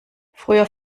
früher